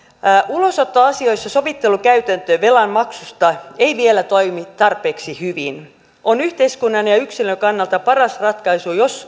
ulosottoasioissa sovittelukäytäntö velan maksusta ei vielä toimi tarpeeksi hyvin on yhteiskunnan ja yksilön kannalta paras ratkaisu jos